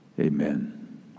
Amen